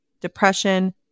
depression